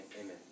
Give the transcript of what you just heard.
Amen